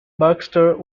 baxter